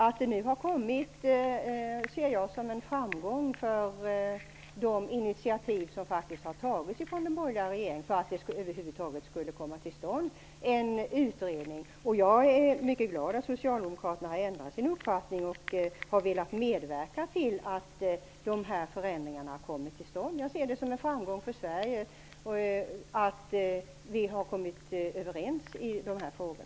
Att vi nu har kommit så långt ser jag som en framgång för de initiativ som har tagits från den borgerliga regeringen för att en utredning över huvud taget skulle komma till stånd. Jag är mycket glad att Socialdemokraterna har ändrat sin uppfattning och velat medverka till att dessa förändringar kommer till stånd. Jag ser det som en framgång för Sverige att vi har kommit överens i dessa frågor.